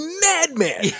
madman